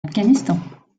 afghanistan